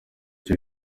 iki